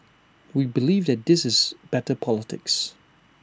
we believe that this is better politics